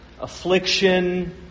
affliction